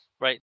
right